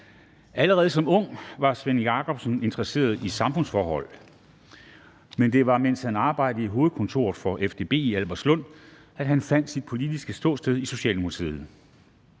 Allerede som ung var Svend Jakobsen interesseret i samfundsforhold, men det var, mens han arbejdede i hovedkontoret for FDB i Albertslund, at han fandt sit politiske ståsted i Socialdemokratiet.